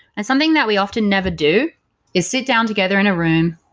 and something that we often never do is sit down together in a room,